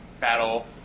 battle